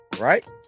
right